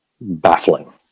baffling